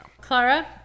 Clara